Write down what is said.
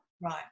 Right